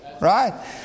right